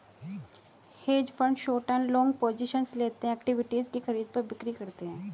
hedge fund short व long positions लेते हैं, इक्विटीज की खरीद व बिक्री करते हैं